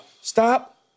Stop